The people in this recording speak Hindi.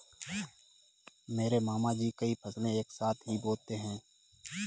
मेरे मामा जी कई फसलें एक साथ ही बोते है